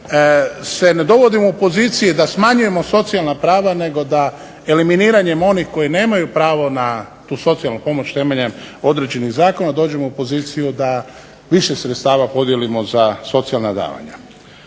se ne dovodimo u pozicije da smanjujemo socijalna prava nego da eliminiranjem onih koji nemaju pravo na tu socijalnu pomoć temeljem određenih zakona dođemo u poziciju da više sredstava podijelimo za socijalna davanja.